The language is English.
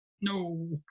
no